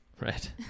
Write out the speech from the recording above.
Right